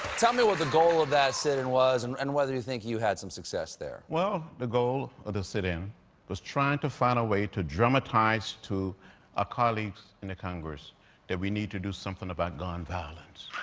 tell me what the the goal of that sit-in was, and and whether you think you you had some success there. well, the goal of the sit-in was trying to find a way to dramatize to our colleagues in the congress that we need to do something about gun violence.